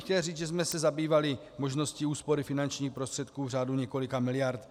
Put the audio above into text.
Chtěl bych říct, že jsme se zabývali možností úspory finančních prostředků v řádu několika miliard.